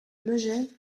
megève